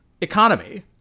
economy